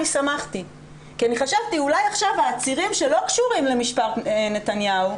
אני שמחתי כי אני חשבתי שאולי עכשיו העצירים שלא קשורים למשפט נתניהו,